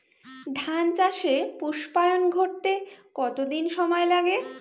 ধান চাষে পুস্পায়ন ঘটতে কতো দিন সময় লাগে?